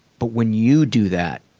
but when you do that,